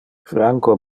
franco